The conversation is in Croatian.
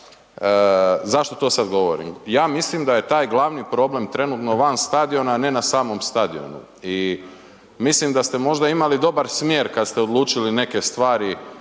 zašto to sad govorim? Ja mislim da je taj glavni problem trenutno van stadiona a ne na samom stadionu i mislim da ste možda imali dobar smjer kad ste odlučili neke stvari